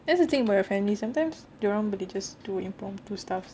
that's the thing about your family sometimes dia orang boleh just do impromptu stuffs